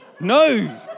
No